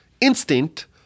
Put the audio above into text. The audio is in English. instinct